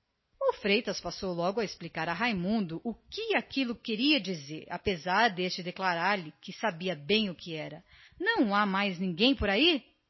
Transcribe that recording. o freitas passou logo a dar explicações a raimundo do que aquilo queria dizer posto haver este declarado de pronto que já sabia perfeitamente não há mais ninguém por aí